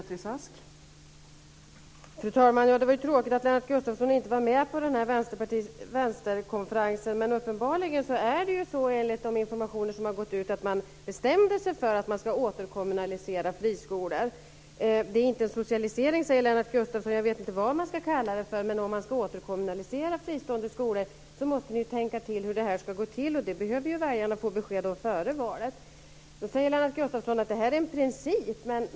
Fru talman! Det var tråkigt att Lennart Gustavsson inte var med på vänsterkonferensen. Uppenbarligen är det så enligt den information som har gått ut att man bestämde sig för att återkommunalisera friskolor. Det är inte en socialisering, säger Lennart Gustavsson. Jag vet inte vad man ska kalla det för. Om ni ska återkommunalisera fristående skolor måste ni tänka till om hur det ska gå till. Det behöver väljarna få besked om före valet. Lennart Gustavsson säger att det är en princip.